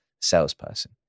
salesperson